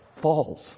falls